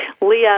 Leah